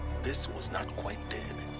this was not quite dead